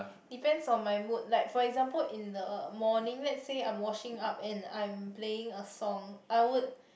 depends on my mood like for example in the morning let's say I'm washing up and I'm playing a song I would